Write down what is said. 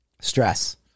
stress